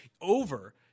over